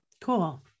Cool